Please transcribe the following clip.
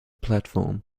platform